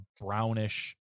brownish